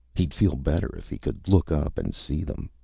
he'd feel better if he could look up and see them.